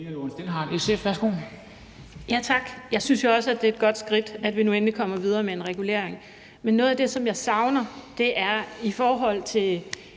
Tak. Jeg synes jo også, at det er et godt skridt, at vi nu endelig kommer videre med en regulering, men noget af det, som jeg savner, er, at der i forhold til